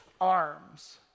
arms